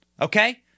Okay